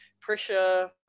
pressure